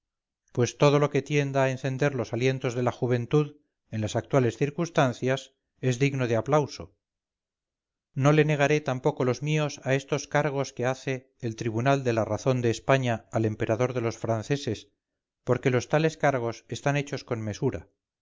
pues todo lo que tienda a encender los alientos de la juventud en las actuales circunstancias es digno de aplauso no le negaré tampoco los míos a estos cargos que hace el tribunal de la razón de españa al emperador de los franceses porque los tales cargos están hechos con mesura